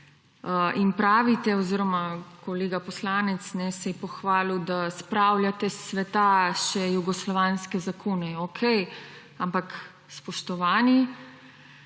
njegovo vsebino. Kolega poslanec se je pohvalil, da spravljate s sveta še jugoslovanske zakone. Okej, ampak, spoštovani,